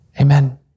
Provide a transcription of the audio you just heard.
Amen